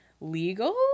legal